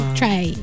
try